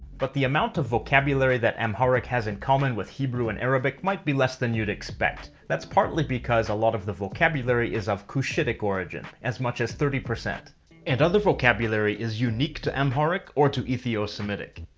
but the amount of vocabulary that amharic has in common with hebrew and arabic might be less than you'd expect. that's partly because a lot of the vocabulary is of cushitic origin, as much as thirty, and other vocabulary is unique to amharic or to ethiosemitic.